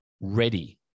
ready